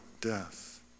death